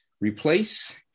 replace